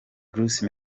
bruce